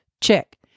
Check